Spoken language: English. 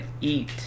eat